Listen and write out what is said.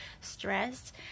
stressed